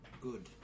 Good